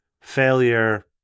failure